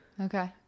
Okay